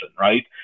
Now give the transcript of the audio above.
right